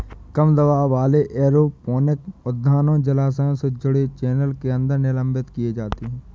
कम दबाव वाले एरोपोनिक उद्यानों जलाशय से जुड़े चैनल के अंदर निलंबित किया जाता है